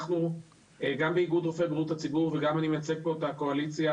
אנחנו גם באיגוד רופאי בריאות הציבור וגם אני מייצג פה את הקואליציה